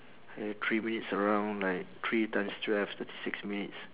ya three minutes a round like three times twelve thirty six minutes